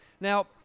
Now